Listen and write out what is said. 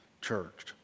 church